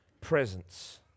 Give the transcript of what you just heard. presence